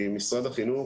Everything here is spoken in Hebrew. משרד החינוך,